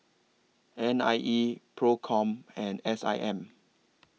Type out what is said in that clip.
N I E PROCOM and S I M